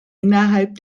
innerhalb